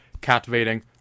captivating